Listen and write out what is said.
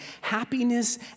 happiness